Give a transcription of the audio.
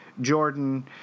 Jordan